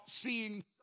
seeing